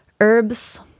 herbs